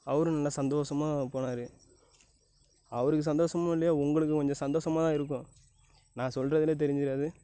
அவரும் நல்ல சந்தோஷமாக போனார் அவருக்கு சந்தோஷமோ இல்லையோ உங்களுக்கு கொஞ்சம் சந்தோஷமாக தான் இருக்கும் நான் சொல்லுறதுலேயே தெரிஞ்சுறாது